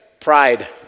pride